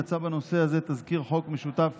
יצא בנושא הזה תזכיר חוק משותף